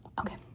Okay